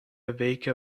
veikia